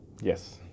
yes